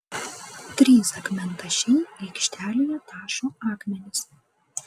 trys akmentašiai aikštelėje tašo akmenis